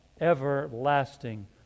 everlasting